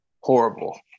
horrible